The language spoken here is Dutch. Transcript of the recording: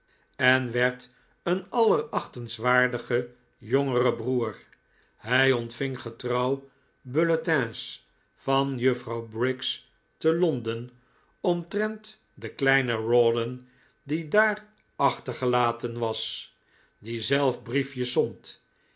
en werd een allerachtenswaardige jongere broer hij ontving getrouw bulletins van juffrouw briggs te londen omtrent den kleinen rawdon die daar achtergelaten was die zelf briefjes zond